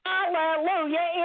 Hallelujah